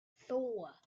four